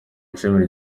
ishami